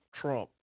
Trump